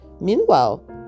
Meanwhile